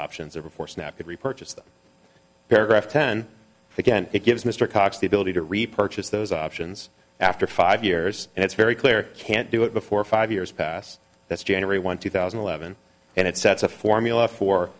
options or before snap could repurchase them paragraph ten again it gives mr cox the ability to repurchase those options after five years and it's very clear can't do it before five years pass that's january one two thousand and eleven and it sets a formula for